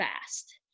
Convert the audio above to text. fast